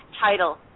title